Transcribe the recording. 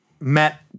met